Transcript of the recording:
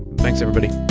thanks everybody.